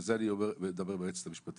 ואת זה אני אומר ליועצת המשפטית,